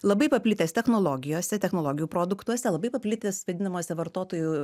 labai paplitęs technologijose technologijų produktuose labai paplitęs vadinamose vartotojų